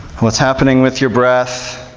what's happening with your breath?